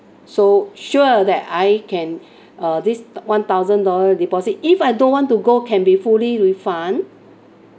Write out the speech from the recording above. so sure that I can uh this one thousand dollar deposit if I don't want to go can be fully refund